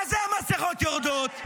מה זה המסכות יורדות?